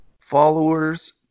followers